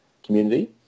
Community